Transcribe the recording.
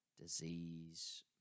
disease